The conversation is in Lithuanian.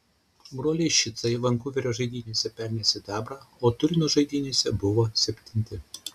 broliai šicai vankuverio žaidynėse pelnė sidabrą o turino žaidynėse buvo septinti